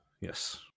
Yes